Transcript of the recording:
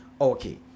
Okay